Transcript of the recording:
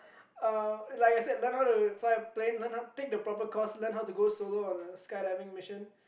uh like I said learn how to fly a plane learn how to take the proper course learn how to go solo on a skydiving mission